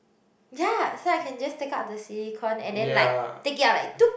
ya so I can just take out the silicon and then like take it out like